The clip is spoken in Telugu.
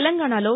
తెలంగాణాలో